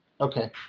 Okay